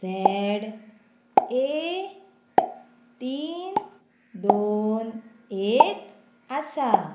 Z एक तीन दोन एक आसा